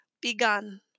begun